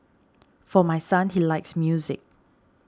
for my son he likes music